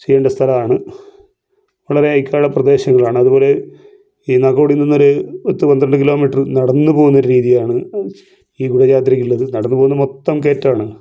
ചെയ്യേണ്ട സ്ഥലമാണ് വളരെ ഹൈക്ക് ആയിട്ടുള്ള പ്രദേശങ്ങളാണ് അതുപോലെ ഈ നാഗോടിയിൽ നിന്നും ഒരു പത്ത് പന്ത്രണ്ട് കിലോമീറ്റർ നടന്നു പോകുന്ന ഒരു രീതിയാണ് ഈ കുടജാദ്രിക്കുള്ളത് നടന്നു പോകുന്ന മൊത്തം കേറ്റമാണ്